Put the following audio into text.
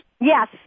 Yes